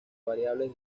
variables